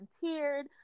volunteered